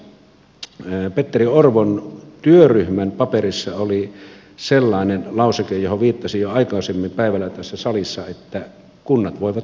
ainakin tässä petteri orpon työryhmän paperissa oli sellainen lauseke johon viittasin jo aikaisemmin päivällä tässä salissa että kunnat voivat sopia toisin